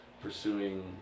pursuing